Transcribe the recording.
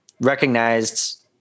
recognized